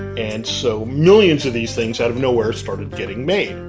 and so millions of these things out of nowhere started getting made